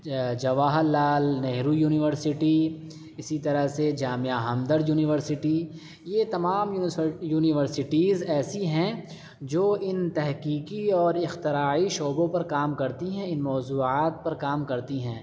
Jawahar Lal Nehru university اسی طرح سے جامعہ ہمدرد یونیورسٹی یہ تمام یونیورسٹیز ایسی ہیں جو ان تحقیقی اور اختراعی شعبوں پر کام کرتی ہیں ان موضوعات پر کام کرتی ہیں